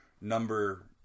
number